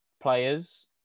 players